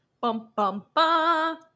bum-bum-ba